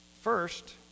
First